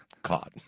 caught